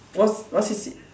what what C_C~